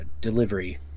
delivery